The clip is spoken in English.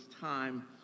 time